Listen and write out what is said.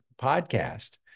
podcast